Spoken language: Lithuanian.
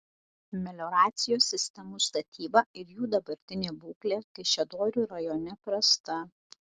melioracijos sistemų statyba ir jų dabartinė būklė kaišiadorių rajone prasta